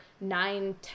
nine